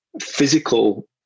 physical